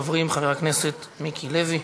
ראשון הדוברים, חבר הכנסת מיקי לוי.